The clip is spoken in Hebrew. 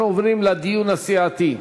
אנחנו עוברים לדיון הסיעתי.